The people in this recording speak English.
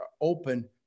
open